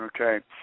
Okay